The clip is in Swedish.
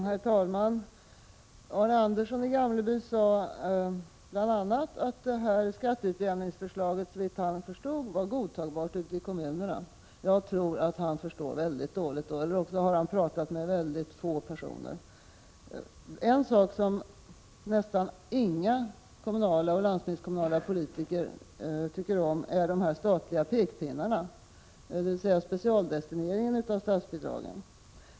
Herr talman! Arne Andersson i Gamleby sade bl.a. att skatteutjämningsförslaget såvitt han förstod var godtagbart ute i kommunerna. Jag tror att han förstår väldigt dåligt eller också har han pratat med väldigt få personer. En sak som nästan inga kommunala och landstingskommunala politiker tycker om är de statliga pekpinnarna, dvs. specialdestineringen av statsbidragen.